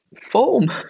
foam